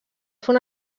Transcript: fer